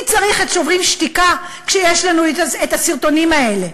מי צריך את "שוברים שתיקה" כשיש לנו את הסרטונים האלה?